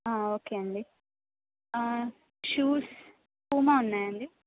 okay అండి shoes Puma ఉన్నాయండి